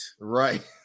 right